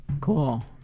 Cool